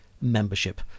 membership